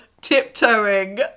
tiptoeing